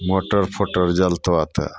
motor फोटर जलतऽ तऽ